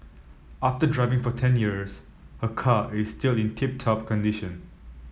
after driving for ten years her car is still in tip top condition